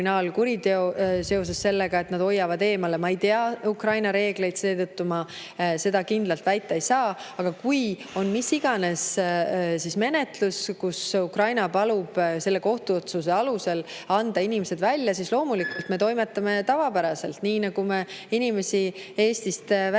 seoses sellega, et nad hoiavad eemale, siis jah. Ma ei tea Ukraina reegleid, seetõttu ma seda kindlalt väita ei saa, aga kui on mis iganes menetlus, kus Ukraina palub kohtuotsuse alusel anda inimesed välja, siis loomulikult me toimetame tavapäraselt, nii nagu me inimesi Eestist välja